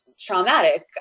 Traumatic